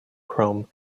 chrome